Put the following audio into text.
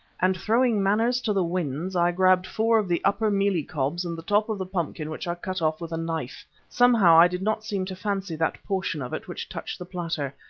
and throwing manners to the winds, i grabbed four of the upper mealie cobs and the top of the pumpkin which i cut off with a knife. somehow i did not seem to fancy that portion of it which touched the platter,